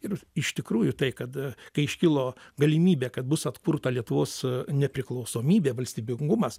ir iš tikrųjų tai kad kai iškilo galimybė kad bus atkurta lietuvos nepriklausomybė valstybingumas